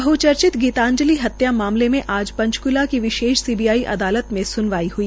बह्चर्चित गीताजंलि हत्याकांड में आज पंचकूला की विशेष सीबीआई अदालत में सुनवाई ह्ई